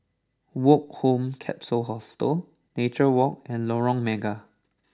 Woke Home Capsule Hostel Nature Walk and Lorong Mega